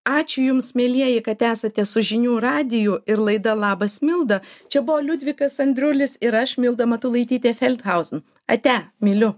ačiū jums mielieji kad esate su žinių radiju ir laida labas milda čia buvo liudvikas andriulis ir aš milda matulaitytė feldhausen ate myliu